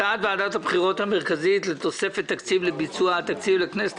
הצעת ועדת הבחירות המרכזית לתוספת תקציב לביצוע הבחירות לכנסת